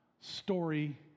story